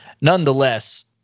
nonetheless